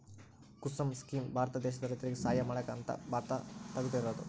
ಕುಸುಮ scheme Bharat ದೇಶದ ರೈತರಿಗೆ ಸಹಾಯ ಮಾಡಕ ಅಂತ ಭಾರತ ಸರ್ಕಾರ ತೆಗ್ದಿರೊದು